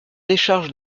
décharges